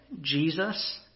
Jesus